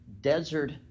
desert